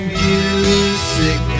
music